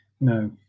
No